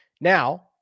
Now